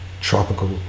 tropical